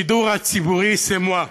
השידור הציבורי c'est moi,